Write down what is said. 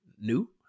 new